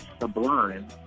Sublime